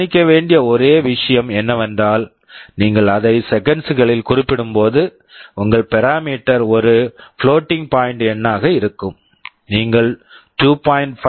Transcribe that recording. கவனிக்க வேண்டிய ஒரே விஷயம் என்னவென்றால் நீங்கள் அதை செகண்ட்ஸ் seconds களில் குறிப்பிடும்போது உங்கள் பராமீட்டர் parameter ஒரு பிளோட்டிங் பாயிண்ட் floating point எண்ணாக இருக்கும் நீங்கள் 2